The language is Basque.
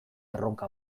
erronka